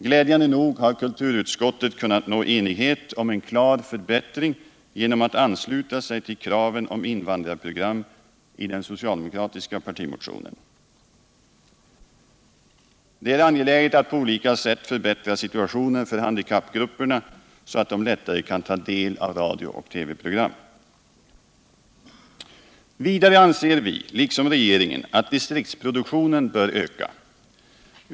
Glädjande nog har kulturutskottet kunnat nå enighet om en klar förbättring genom att ansluta sig till kraven på invandrarprogram i den socialdemokratiska partimotionen. Det är angeläget att på olika sätt förbättra situationen för handikappgrupperna så att de lättare kan ta del av radiooch TV-program. Vidare anser vi, liksom regeringen, att distriktsproduktionen bör öka.